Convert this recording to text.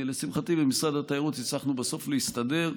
לשמחתי במשרד התיירות הצלחנו בסוף להסתדר,